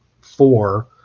four